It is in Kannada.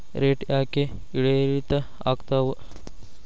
ರೇಟ್ ಯಾಕೆ ಏರಿಳಿತ ಆಗ್ತಾವ?